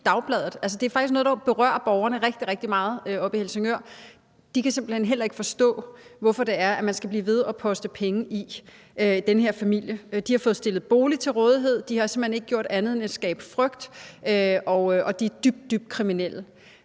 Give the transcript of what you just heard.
faktisk noget, der berører borgerne rigtig, rigtig meget oppe i Helsingør. De kan simpelt hen heller ikke forstå, hvorfor det er, man skal blive ved at poste penge i den her familie. De har fået stillet bolig til rådighed, og de har simpelt hen ikke gjort andet end at skabe frygt, og de er dybt, dybt kriminelle.